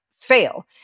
fail